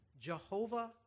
Jehovah